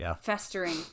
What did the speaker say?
festering